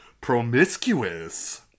promiscuous